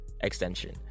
extension